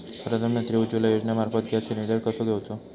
प्रधानमंत्री उज्वला योजनेमार्फत gas cylinder कसो घेऊचो?